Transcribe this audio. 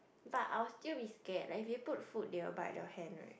but I will be scared like if you put food they will bite your hand right